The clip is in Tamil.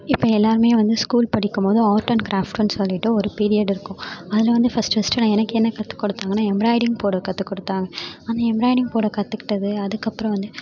இப்போ எல்லாேருமே வந்து ஸ்கூல் படிக்கும்போது ஆர்ட் அண்ட் கிராஃப்ட்ன்னு சொல்லிட்டு ஒரு பீரியட் இருக்கும் அதில் வந்து ஃபர்ஸ்ட் ஃபர்ஸ்ட்டு நான் எனக்கு என்ன கற்றுக் கொடுத்தாங்கன்னா எம்பிராய்டிங் போட கற்றுக் கொடுத்தாங்க அந்த எம்பிராய்டிங் போட கற்றுக்கிட்டது அதுக்கப்புறம் வந்து